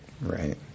Right